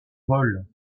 vol